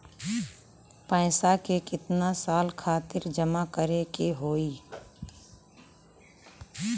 पैसा के कितना साल खातिर जमा करे के होइ?